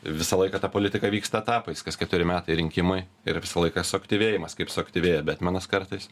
visą laiką ta politika vyksta etapais kas keturi metai rinkimai ir visą laiką suaktyvėjimas kaip suaktyvėja betmenas kartais